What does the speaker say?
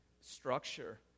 structure